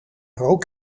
rook